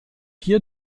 hier